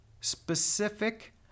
specific